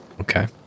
Okay